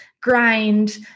grind